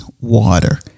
water